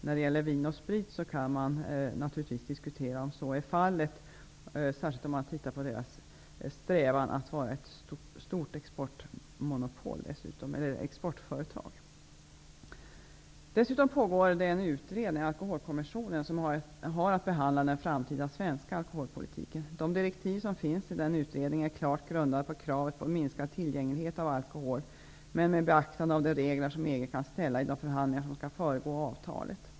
När det gäller Vin & Sprit kan man naturligtvis diskutera om så är fallet, särskilt om man ser på Vin & Sprits strävan att vara ett stort exportföretag. Dessutom pågår en utredning, Alkoholkommissionen, som har att behandla den framtida svenska alkoholpolitiken. De direktiv som finns till denna utredning är klart grundade på kravet på minskad tillgänglighet av alkohol men med beaktande av de regler som EG kan ställa i de förhandlingar som skall föregå avtalet.